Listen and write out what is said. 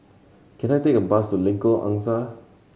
can I take a bus to Lengkok Angsa